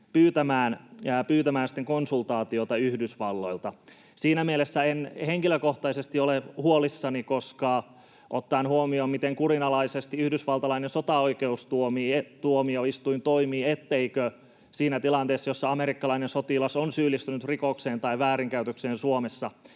pyytämään konsultaatiota Yhdysvalloilta. Siinä mielessä en henkilökohtaisesti ole huolissani — ottaen huomioon, miten kurinalaisesti yhdysvaltalainen sotaoikeustuomioistuin toimii — etteikö siinä tilanteessa, jossa amerikkalainen sotilas on syyllistynyt rikokseen tai väärinkäytökseen Suomessa,